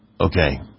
Okay